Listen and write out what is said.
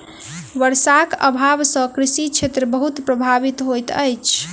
वर्षाक अभाव सॅ कृषि क्षेत्र बहुत प्रभावित होइत अछि